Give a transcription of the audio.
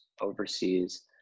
overseas